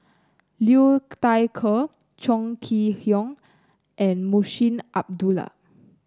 Liu Thai Ker Chong Kee Hiong and Munshi Abdullah